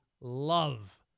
love